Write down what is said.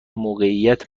موقعیت